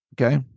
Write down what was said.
Okay